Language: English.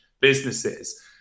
businesses